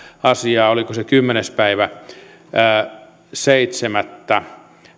asiaa oliko se kymmenes seitsemättä